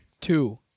Two